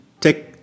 take